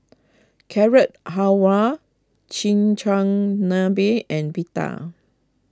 Carrot Halwa Chigenabe and Pita